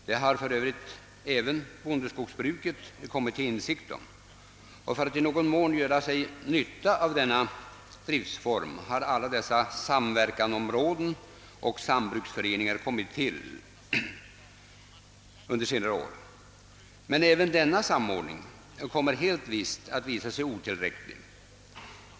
Detta har för övrigt även bondeskogsbruket kommit till insikt om. För att i någon mån dra nytta av denna driftsform har under senare år alla dessa samverkanområden och sambruksområden tillkommit. Även denna samordning kommer helt visst att visa sig otillräcklig.